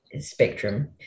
spectrum